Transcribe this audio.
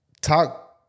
talk